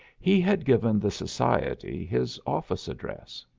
he had given the society his office address.